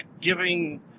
giving